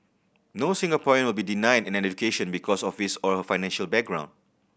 no Singaporean will be denied an education because of his or her financial background